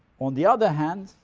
on the other hand,